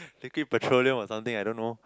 think it petroleum or something I don't know